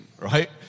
right